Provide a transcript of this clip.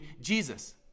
Jesus